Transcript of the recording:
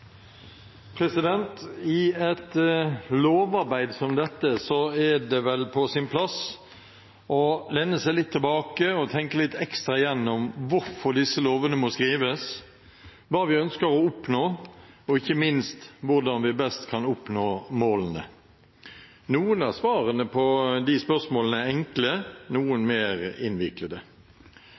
det vel på sin plass å lene seg litt tilbake og tenke litt ekstra igjennom hvorfor disse lovene må skrives, hva vi ønsker å oppnå, og ikke minst hvordan vi best kan oppnå målene. Noen av svarene på disse spørsmålene er enkle, noen er mer innviklede.